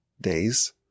days